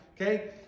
okay